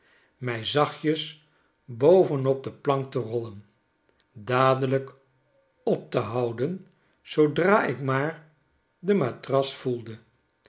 mij zachtjes boven op de plank te rollen dadelijk op te houden zoodra ik maar de matras voelde